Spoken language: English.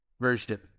version